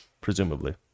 presumably